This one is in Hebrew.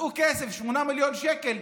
מצאו כסף, 8 מיליון שקל,